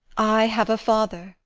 i have a father,